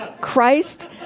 Christ